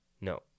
No